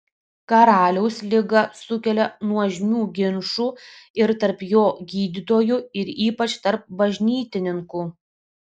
karaliaus liga sukelia nuožmių ginčų ir tarp jo gydytojų ir ypač tarp bažnytininkų